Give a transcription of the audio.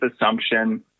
assumption